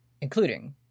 including